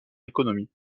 l’économie